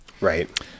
Right